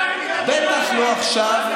בטח לא עכשיו,